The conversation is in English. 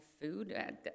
food